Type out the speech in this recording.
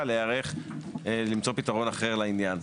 זמן מספיק להיערך למצוא פתרון אחר לעניין.